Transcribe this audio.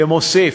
שמוסיף,